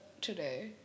today